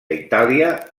itàlia